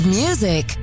music